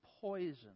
poison